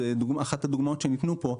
זאת אחת הדוגמאות שניתנו כאן,